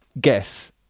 guess